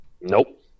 Nope